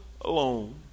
alone